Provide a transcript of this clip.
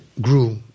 grew